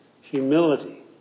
humility